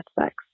sex